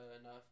enough